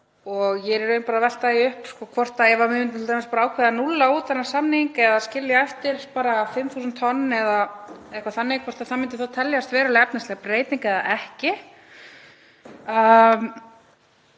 Ég er í raun bara að velta því upp, t.d. ef við myndum ákveða að núlla út þennan samning eða skilja bara eftir 5.000 tonn eða eitthvað þannig, hvort það myndi teljast veruleg efnisleg breyting eða ekki.